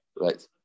Right